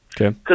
Okay